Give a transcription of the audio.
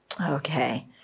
Okay